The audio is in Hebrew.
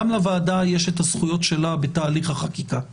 גם לוועדה יש את הזכויות שלה בתהליך החקיקה.